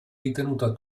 ritenuta